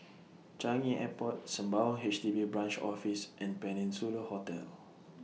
Changi Airport Sembawang H D B Branch Office and Peninsula Hotel